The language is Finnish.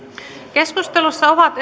keskustelussa ovat